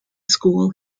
school